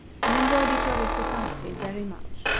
and enjoyed each other's society very much.